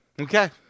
Okay